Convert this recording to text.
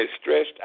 stretched